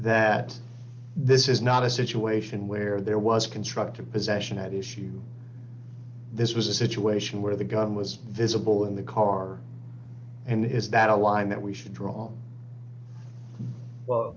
that this is not a situation where there was constructive possession at issue this was a situation where the gun was visible in the car and is that a line that we should draw w